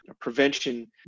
prevention